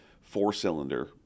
four-cylinder